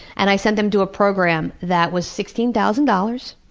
and i sent him to a program that was sixteen thousand dollars,